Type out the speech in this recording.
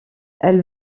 elle